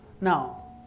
Now